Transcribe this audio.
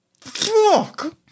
fuck